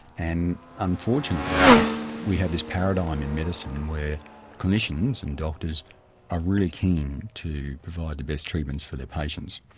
and unfortunately we have this paradigm in medicine where clinicians and doctors are really keen to provide the best treatments for their patients.